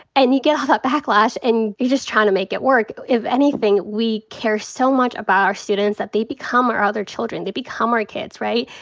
and you get all that backlash and you're just tryin' to make it work. if anything, we care so much about our students that they become our other children. they become our kids, right.